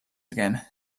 again